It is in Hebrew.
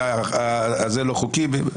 וזה לא חוקי.